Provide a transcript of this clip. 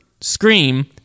Scream